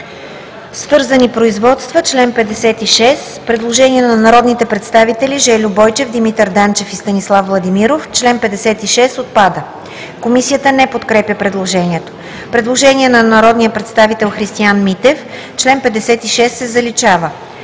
Свързани производства“. Предложение на народните представители Жельо Бойчев, Димитър Данчев и Станислав Владимиров: „Член 74 – отпада“. Комисията не подкрепя предложението. Предложение на народния представител Христиан Митев, който го оттегли